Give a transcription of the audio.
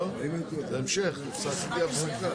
לא, זה המשך, עשיתי הפסקה.